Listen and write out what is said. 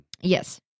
Yes